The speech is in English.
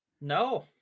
no